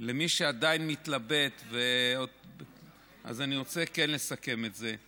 למי שעדיין מתלבט, אז אני רוצה כן לסכם את זה.